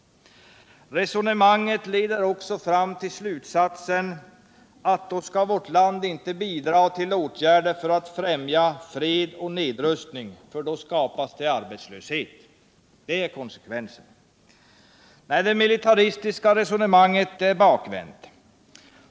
Resonemanget leder också fram till slutsatsen att då skall vårt land inte bidra till åtgärder för att främja fred och nedrustning för då skapas det arbetslöshet. Det är konsekvensen. Det militaristiska resonemanget är bakvänt.